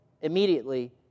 immediately